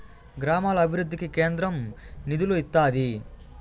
గ్రామాల అభివృద్ధికి కేంద్రం నిధులు ఇత్తాది